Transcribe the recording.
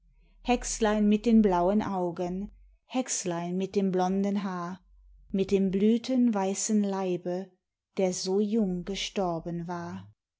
hexlein mit den blauen augen hexlein mit dem blonden haar mit dem blütenweißen leibe der so jung gestorben war